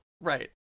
Right